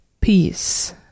Peace